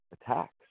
Attacks